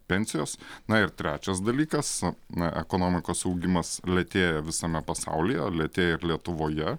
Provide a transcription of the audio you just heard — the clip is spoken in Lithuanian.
pensijos na ir trečias dalykas na ekonomikos augimas lėtėja visame pasaulyje lėtėja ir lietuvoje